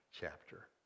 chapter